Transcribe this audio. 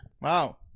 Wow